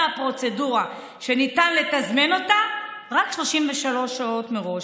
פרוצדורה שניתן לתזמן רק 33 שעות מראש?